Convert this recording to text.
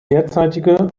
derzeitige